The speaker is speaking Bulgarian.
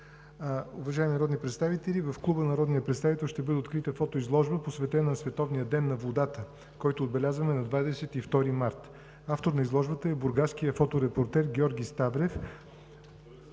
Уважаеми народни представители, в Клуба на народния представител ще бъде открита фотоизложба, посветена на световния Ден на водата, който отбелязваме на 22 март. Автор на изложбата е бургаският фоторепортер Тодор Ставрев.